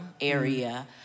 area